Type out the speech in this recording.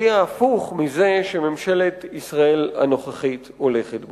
ההפוך מזה שממשלת ישראל הנוכחית הולכת בו.